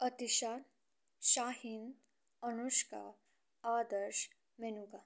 Atisha Sahin Anushka Adarsh Menuka